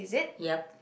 yep